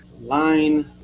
line